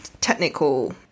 technical